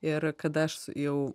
ir kada aš jau